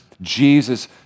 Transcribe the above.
Jesus